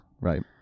right